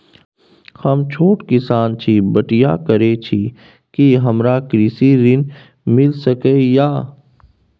हम छोट किसान छी, बटईया करे छी कि हमरा कृषि ऋण मिल सके या?